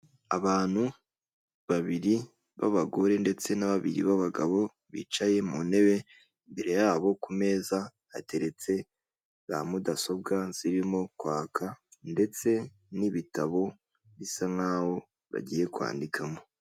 Abantu babiri b'abagore ndetse na babiri b'abagabo bicaye mu ntebe, imbere yabo ku meza hateretse za mudasobwa zirimo kwaka ndetse n'ibitabo bisa nk'aho bagiye kwandikamo.